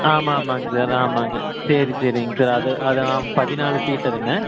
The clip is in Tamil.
ஆமா ஆமாங்க சார் ஆமாங்க சரி சரிங்க சார் அது அது நான் பதினாலு சீட் வரும்க